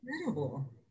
incredible